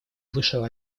вышел